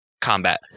combat